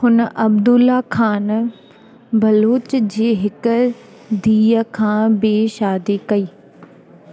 हुन अब्दुल्ला खान बलूच जी हिकु धीउ खां ॿी शादी कई